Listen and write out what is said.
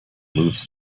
moves